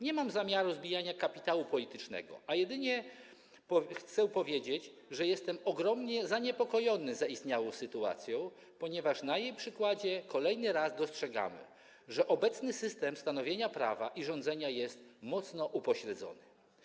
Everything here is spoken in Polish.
Nie mam na celu zbijania kapitału politycznego, a jedynie chcę powiedzieć, że jestem ogromnie zaniepokojony zaistniałą sytuacją, ponieważ na jej przykładzie kolejny raz obserwujemy, że obecny system stanowienia prawa i rządzenia jest mocno upośledzony.